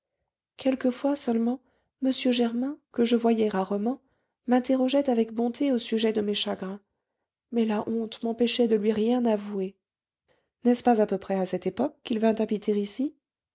quelquefois seulement m germain que je voyais rarement m'interrogeait avec bonté au sujet de mes chagrins mais la honte m'empêchait de lui rien avouer n'est-ce pas à peu près à cette époque qu'il vint habiter ici